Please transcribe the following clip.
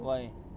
why